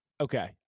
Okay